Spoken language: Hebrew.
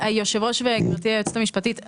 היושב ראש וגברתי היועצת המשפטית,